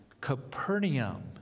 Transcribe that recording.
Capernaum